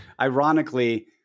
ironically